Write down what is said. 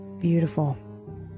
Beautiful